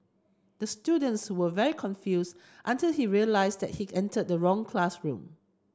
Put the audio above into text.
the students was very confused until he realised he entered the wrong classroom